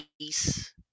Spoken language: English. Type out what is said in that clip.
peace